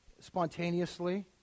spontaneously